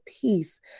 peace